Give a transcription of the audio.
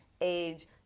age